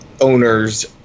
owners